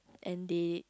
and they